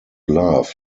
love